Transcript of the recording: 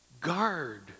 Guard